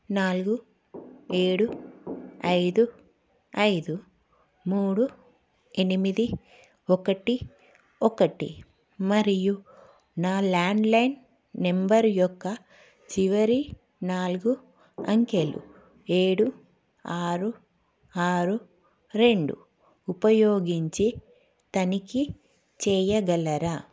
నాలుగు ఏడు ఐదు ఐదు మూడు ఎనిమిది ఒకటి ఒకటి మరియు నా ల్యాండ్లైన్ నెంబర్ యొక్క చివరి నాలుగు అంకెలు ఏడు ఆరు ఆరు రెండు ఉపయోగించి తనిఖీ చేయగలరా